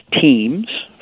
teams